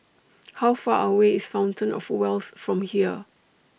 How Far away IS Fountain of Wealth from here